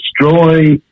destroy